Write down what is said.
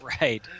Right